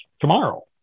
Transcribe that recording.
tomorrow